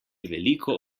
veliko